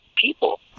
people